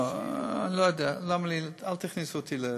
לא, אני לא יודע, אל תכניסו אותי.